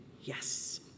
yes